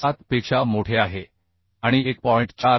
7 पेक्षा मोठे आहे आणि 1